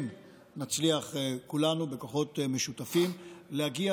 כן נצליח כולנו בכוחות משותפים להגיע